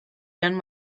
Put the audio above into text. done